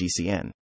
GCN